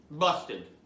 Busted